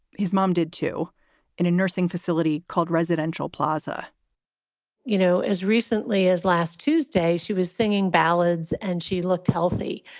his mom did two in a nursing facility called residential plaza you know, as recently as last tuesday, she was singing ballads and she looked healthy.